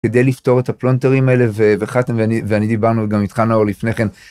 ‫כדי לפתור את הפלונטרים האלה, ‫ואני דיברנו גם איתך נאור לפני כן